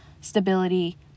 stability